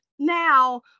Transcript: now